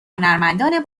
هنرمندان